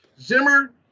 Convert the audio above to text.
Zimmer